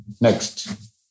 Next